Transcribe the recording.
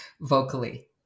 vocally